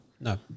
No